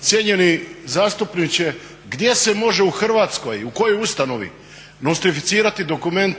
cijenjeni zastupniče gdje se može u Hrvatskoj, u kojoj ustanovi nostrificirati dokument